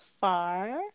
far